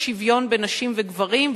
בשוויון בין נשים וגברים,